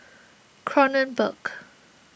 Kronenbourg